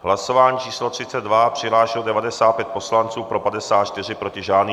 Hlasování číslo 32, přihlášeno 95 poslanců, pro 54, proti žádný.